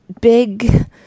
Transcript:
big